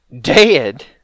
Dead